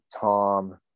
Tom